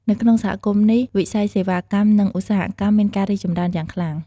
នៅក្នុងសហគមន៍នេះ វិស័យសេវាកម្ម និងឧស្សាហកម្មមានការរីកចម្រើនយ៉ាងខ្លាំង។